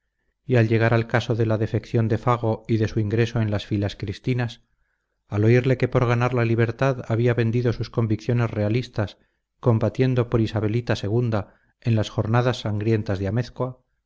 y al llegar al caso de la defección de fago y de su ingreso en las filas cristinas al oírle que por ganar la libertad había vendido sus convicciones realistas combatiendo por isabelita ii en las jornadas sangrientas de